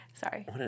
Sorry